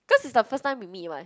cause is the first time we meet [what]